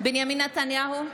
בנימין נתניהו,